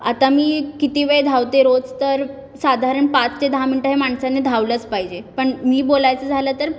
आता मी किती वेळ धावते रोज तर साधारण पाच ते दहा मिन्टं हे माणसाने धावलंच पाहिजे पण मी बोलायचं झालं तर